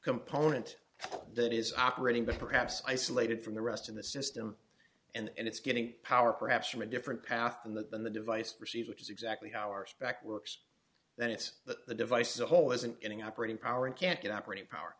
component that is operating but perhaps isolated from the rest of the system and it's getting power perhaps from a different path than that than the device received which is exactly ours back works then it's that the device a whole isn't getting operating power and can't get operating power